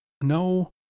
No